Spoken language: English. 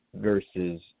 versus